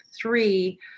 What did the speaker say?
three